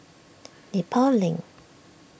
Nepal Link